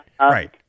right